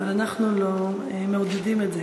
אבל אנחנו לא מעודדים את זה.